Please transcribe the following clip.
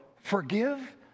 forgive